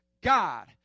God